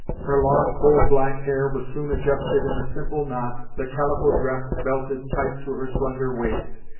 her long coal-black hair was soon adjusted in a simple knot, the calico dress belted tight to her slender waist,